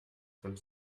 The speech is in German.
von